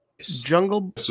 Jungle